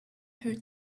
her